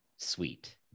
sweet